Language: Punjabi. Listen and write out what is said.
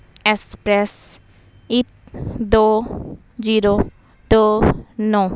ਐਸਪਰੈਸ ਇਹ ਦੋ ਜੀਰੋ ਦੋ ਨੌ